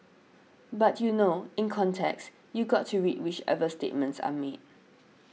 but you know in context you got to read whichever statements are made